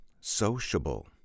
sociable